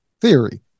theory